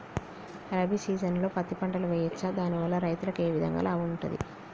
రబీ సీజన్లో పత్తి పంటలు వేయచ్చా దాని వల్ల రైతులకు ఏ విధంగా లాభం ఉంటది?